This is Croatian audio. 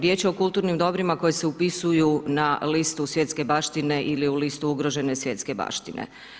Riječ je o kulturnim dobrima koji se upisuju na listu svjetske baštine ili u listu ugrožene svjetske baštine.